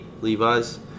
Levi's